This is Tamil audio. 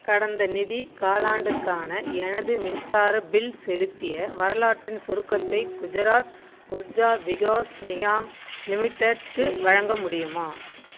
கடந்த நிதி காலாண்டுக்கான எனது மின்சார பில் செலுத்திய வரலாற்றின் சுருக்கத்தை குஜராத் உர்ஜா விகாஸ் நிகாம் லிமிடெட்க்கு வழங்க முடியுமா